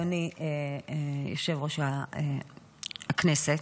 אדוני היושב בראש,